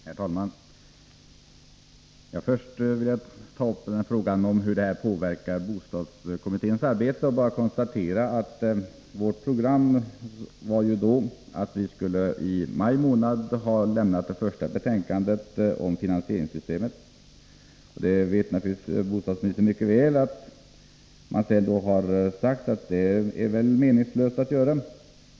Herr talman! Först vill jag ta upp frågan om hur detta påverkar bostadskommitténs arbete. Jag kan bara konstatera att vårt program var att i maj månad lämna det första betänkandet om finansieringssystemet. Bostadsministern vet naturligtvis mycket väl att man har sagt sig att det är meningslöst att göra det.